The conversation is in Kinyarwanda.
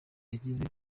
yagize